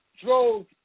drove